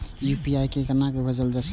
UPI से केना पैसा भेजल जा छे?